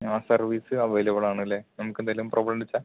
ആ service available ആണല്ലേ നമുക്കെന്തെങ്കിലും പ്രോബ്ലം ഉണ്ടെന്നുവെച്ചാൽ